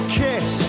kiss